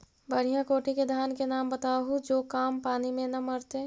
बढ़िया कोटि के धान के नाम बताहु जो कम पानी में न मरतइ?